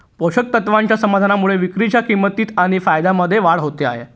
पोषक तत्वाच्या समाधानामुळे विक्रीच्या किंमतीत आणि फायद्यामध्ये वाढ होत आहे